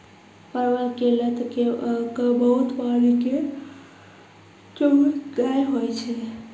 परवल के लत क बहुत पानी के जरूरत नाय होय छै